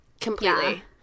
Completely